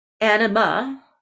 anima